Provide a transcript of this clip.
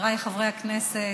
חבריי חברי הכנסת,